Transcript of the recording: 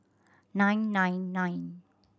nine nine nine